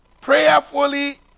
prayerfully